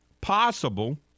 possible